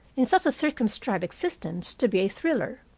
in such a circumscribed existence, to be a thriller!